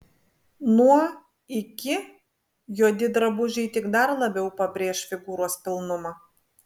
nuo iki juodi drabužiai tik dar labiau pabrėš figūros pilnumą